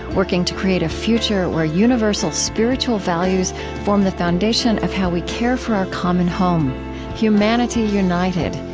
working to create a future where universal spiritual values form the foundation of how we care for our common home humanity united,